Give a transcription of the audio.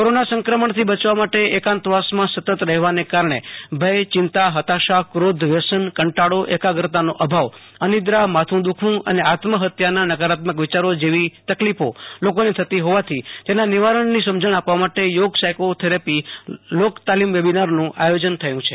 corona સંક્રમણ થી બચવા માટે એકાંતવાસ માં સતત રહેવાનેકારણે ભથ ચિંતા હતાશા ક્રીધ વ્યસન કંટાળો એકાગ્રતાનો અભાવ અનિદ્રા માથુ દુખવુ અને આત્મ હત્યાના નકારાત્મક વિયારો જેવી તકલીફ લોકો ને થતી હોવાથી તેના નિવારણ ની સમજણ આપવા માટે થોગ સાયકો થેરાપી લોક તાલીમ વેબિનારનું આયોજન થયું છે